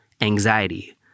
anxiety